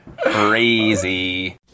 Crazy